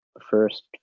first